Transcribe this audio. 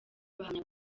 bahamya